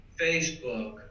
Facebook